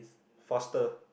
faster